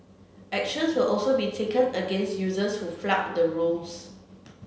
actions will also be taken against users who flout the rules